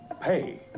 Pay